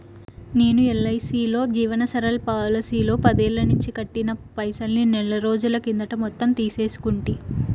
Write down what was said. నేను ఎల్ఐసీలో జీవన్ సరల్ పోలసీలో పదేల్లనించి కట్టిన పైసల్ని నెలరోజుల కిందట మొత్తం తీసేసుకుంటి